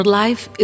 life